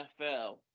NFL